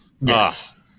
Yes